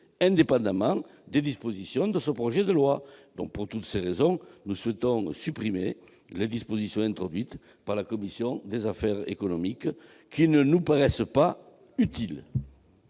indépendamment des dispositions de ce projet de loi ». Pour toutes ces raisons, nous souhaitons supprimer les dispositions introduites par la commission des affaires économiques, qui ne nous paraissent pas utiles.